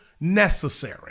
necessary